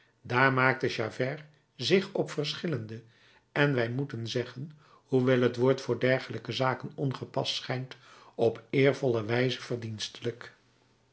dààr maakte javert zich op verschillende en wij moeten zeggen hoewel het woord voor dergelijke zaken ongepast schijnt op eervolle wijze verdienstelijk